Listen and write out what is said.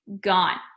gone